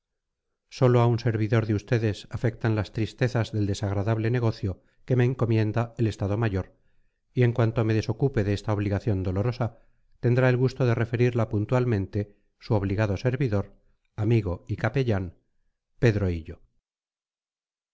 sólo a un servidor de ustedes afectan las tristezas del desagradable negocio que me encomienda el estado mayor y en cuanto me desocupe de esta obligación dolorosa tendrá el gusto de referirla puntualmente su obligado servidor amigo y